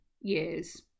years